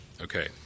Okay